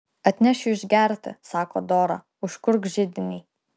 atnešiu išgerti sako dora užkurk židinį